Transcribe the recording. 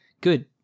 Good